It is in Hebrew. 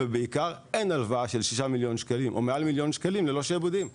אין הלוואה של מעל מיליון ₪ ללא שעבודים;